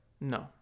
No